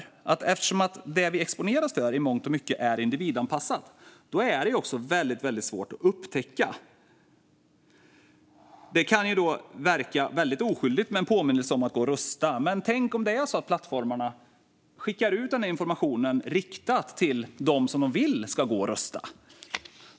Eftersom det vi exponeras för i mångt och mycket är individanpassat är detta väldigt svårt att upptäcka. Det kan verka väldigt oskyldigt med en påminnelse om att gå och rösta, men tänk om plattformarna skickar ut informationen just till dem som de vill ska gå och rösta.